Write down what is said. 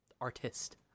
artist